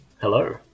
Hello